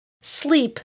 sleep